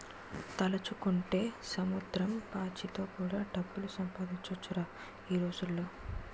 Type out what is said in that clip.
తలుచుకుంటే సముద్రం పాచితో కూడా డబ్బులు సంపాదించొచ్చురా ఈ రోజుల్లో